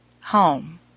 home